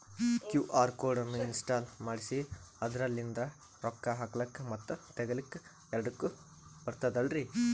QR code ನ install ಮಾಡೆಸಿ ಅದರ್ಲಿಂದ ರೊಕ್ಕ ಹಾಕ್ಲಕ್ಕ ಮತ್ತ ತಗಿಲಕ ಎರಡುಕ್ಕು ಬರ್ತದಲ್ರಿ?